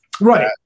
Right